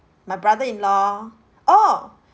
my brother in law oh